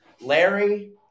Larry